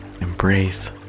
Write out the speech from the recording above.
embrace